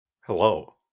Hello